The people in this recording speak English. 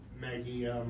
Maggie